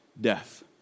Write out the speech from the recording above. death